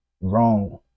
wrong